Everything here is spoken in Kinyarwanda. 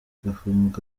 yafunzwe